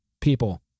people